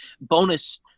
bonus